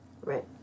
Right